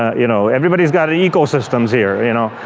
you know, everybody's got ecosystems here, you know.